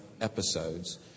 episodes